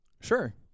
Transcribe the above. Sure